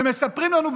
ומספרים לנו,